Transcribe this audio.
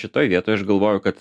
šitoj vietoj aš galvoju kad